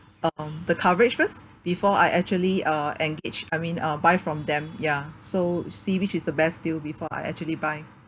um the coverage first before I actually uh engage I mean uh buy from them ya so see which is the best deal before I actually buy